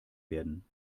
werden